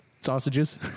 sausages